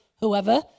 whoever